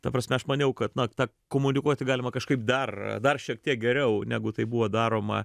ta prasme aš maniau kad na ta komunikuoti galima kažkaip dar dar šiek tiek geriau negu tai buvo daroma